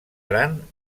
gran